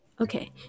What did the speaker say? Okay